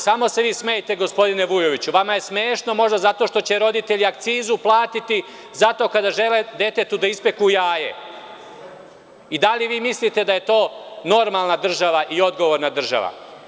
Samo se vi smejte gospodine Vujoviću, vama je smešno možda zato što će roditelji akcizu platiti zato kada žele detetu da ispeku jaje i da li vi mislite da je to normalna država i odgovorna država?